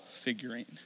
figurine